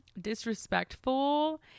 disrespectful